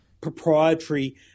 proprietary –